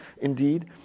indeed